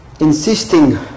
insisting